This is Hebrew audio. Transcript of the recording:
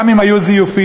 גם אם היו זיופים,